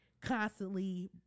constantly